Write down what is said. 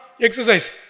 exercise